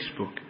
Facebook